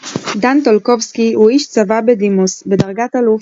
דן טולקובסקי הוא איש צבא בדימוס בדרגת אלוף.